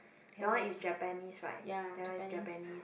that one is Japanese right that one is Japanese